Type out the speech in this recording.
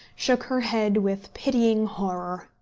shook her head with pitying horror.